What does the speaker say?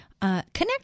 Connect